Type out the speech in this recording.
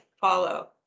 Follow